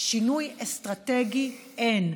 שינוי אסטרטגי אין.